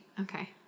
Okay